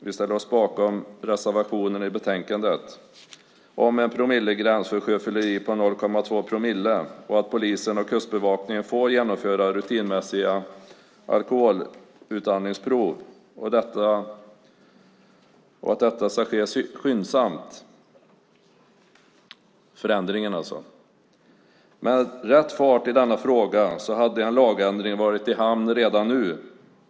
Vi ställer oss bakom reservationen i betänkandet om en gräns för sjöfylleri på 0,2 promille och att polisen och Kustbevakningen ska få genomföra rutinmässiga alkoholutandningsprov samt att förändringarna ska ske skyndsamt. Med rätt fart i denna fråga hade en lagändring varit i hamn redan nu.